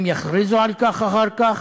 הם יכריזו על כך אחר כך.